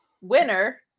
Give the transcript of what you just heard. winner